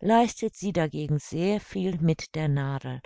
leistet sie dagegen sehr viel mit der nadel